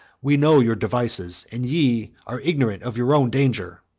we know your devices, and ye are ignorant of your own danger!